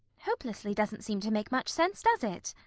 hopelessly doesn't seem to make much sense, does it?